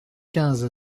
quinze